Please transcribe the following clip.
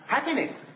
Happiness